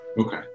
Okay